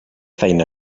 feina